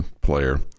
player